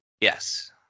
Yes